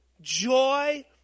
joy